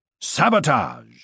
Sabotage